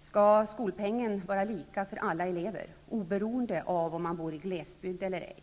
Skall skolpengen vara lika för alla elever oberoende av om de bor i glesbygd eller ej?